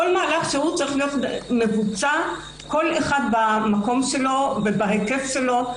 כל מהלך שהוא צריך להיות מבוצע כל אחד במקום שלו ובהיקף שלו.